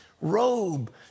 robe